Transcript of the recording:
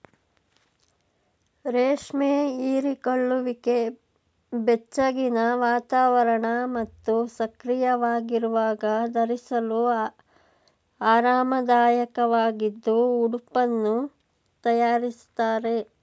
ರೇಷ್ಮೆ ಹೀರಿಕೊಳ್ಳುವಿಕೆ ಬೆಚ್ಚಗಿನ ವಾತಾವರಣ ಮತ್ತು ಸಕ್ರಿಯವಾಗಿರುವಾಗ ಧರಿಸಲು ಆರಾಮದಾಯಕವಾಗಿದ್ದು ಉಡುಪನ್ನು ತಯಾರಿಸ್ತಾರೆ